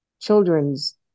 children's